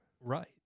right